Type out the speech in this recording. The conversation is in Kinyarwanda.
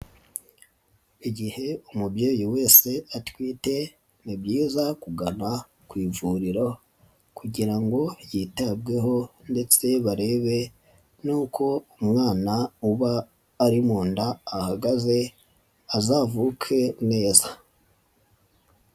Igihe umubyeyi wese atwite ni byiza kugana ku ivuriro kugira ngo ryitabweho ndetse barebe n'uko umwana uba ari mu nda ahagaze azavuke neza.